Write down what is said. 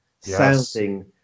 sounding